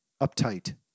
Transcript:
uptight